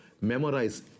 memorize